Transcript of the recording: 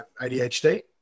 ADHD